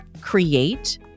create